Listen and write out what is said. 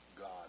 God